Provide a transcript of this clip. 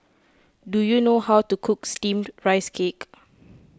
do you know how to cook Steamed Rice Cake